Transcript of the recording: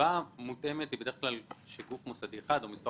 הלוואה מותאמת היא בדרך כלל כשגוף מוסדי אחד או מספר